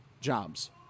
jobs